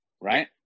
right